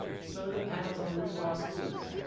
solar panels on the roof of our schools.